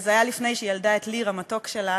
וזה היה עוד לפני שהיא ילדה את ליר המתוק שלה,